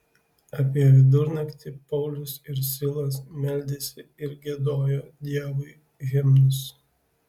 apie vidurnaktį paulius ir silas meldėsi ir giedojo dievui himnus